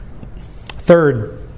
Third